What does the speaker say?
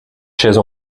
chaises